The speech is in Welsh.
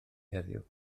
heddiw